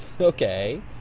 Okay